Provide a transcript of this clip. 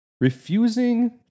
Refusing